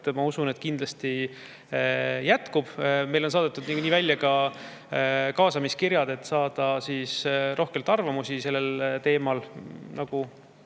ma usun, kindlasti jätkub. Meil on saadetud välja kaasamiskirjad, et saada rohkelt arvamusi sellel teemal. Nagu